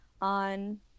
on